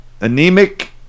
Anemic